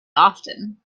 often